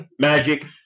Magic